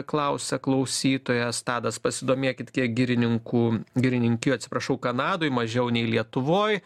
klausia klausytojas tadas pasidomėkit kiek girininkų girininkijų atsiprašau kanadoj mažiau nei lietuvoj